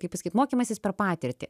kaip pasakyt mokymasis per patirtį